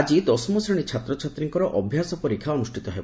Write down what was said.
ଆକି ଦଶମ ଶ୍ରେଶୀ ଛାତ୍ରଛାତ୍ରୀଙ୍କର ଅଭ୍ୟାସ ପରୀକ୍ଷା ଅନୁଷ୍ଷିତ ହେବ